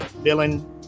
villain